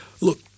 Look